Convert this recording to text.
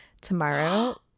tomorrow